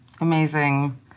amazing